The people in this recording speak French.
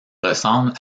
ressemblent